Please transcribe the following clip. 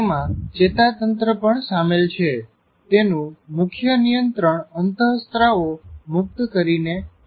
તેમા ચેતા તંત્ર પણ સામેલ છે તેનું મુખ્ય નિયંત્રણ રસાયણો દ્રારા અંતઃ સ્ત્રવો મુકત કરીને છે